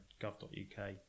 gov.uk